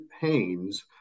pains